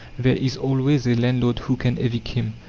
there is always a landlord who can evict him.